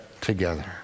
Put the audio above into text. together